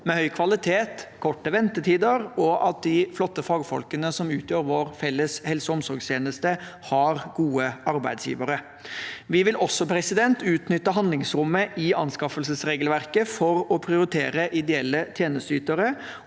med høy kvalitet og korte ventetider, og at de flotte fagfolkene som utgjør vår felles helse- og omsorgstjeneste, har gode arbeidsgivere. Vi vil også utnytte handlingsrommet i anskaffelsesregelverket for å prioritere ideelle tjenesteytere